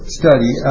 study